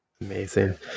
Amazing